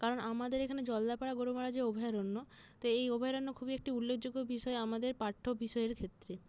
কারণ আমাদের এখানে জলদাপাড়া গরুমারা যে অভয়ারণ্য তো এই অভয়ারণ্য খুবই একটি উল্লেখযোগ্য বিষয় আমাদের পাঠ্য বিষয়ের ক্ষেত্রে